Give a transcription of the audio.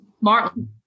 Martin